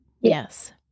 Yes